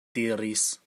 diris